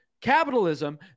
Capitalism